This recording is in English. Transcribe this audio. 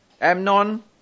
Amnon